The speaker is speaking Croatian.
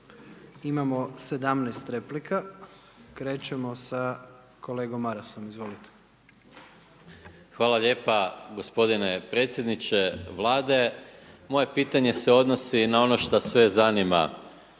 imamo 17 replika, krećemo sa kolegom Marasom, izvolite. **Maras, Gordan (SDP)** Hvala lijepa gospodine predsjedniče Vlade, moje pitanje se odnosi na ono šta sve zanima